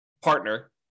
partner